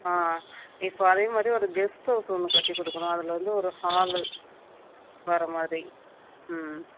ஆ இப்போ அதே மாதிரி ஒரு கெஸ்ட் ஹவுஸ்ஸு ஒன்று கட்டிக் கொடுக்கணும் அதில் வந்து ஒரு ஹாலு வர மாதிரி ம்ம்